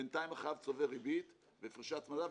בינתיים החייב צובר ריבית והפרשי הצמדה,